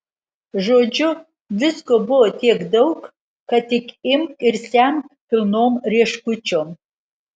žodžiu visko buvo tiek daug kad tik imk ir semk pilnom rieškučiom